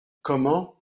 comment